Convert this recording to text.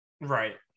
right